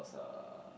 uh